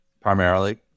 primarily